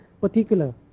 particular